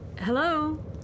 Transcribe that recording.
Hello